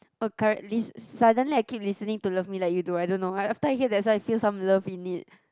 oh Carly suddenly I keep listening to Love me like you do I don't know after I listen I feel some love in it